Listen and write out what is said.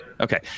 okay